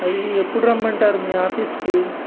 అది ఎప్పుడు రమ్మంటారు మీ ఆఫీస్కి